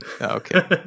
okay